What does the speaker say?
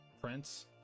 Prince